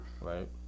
Right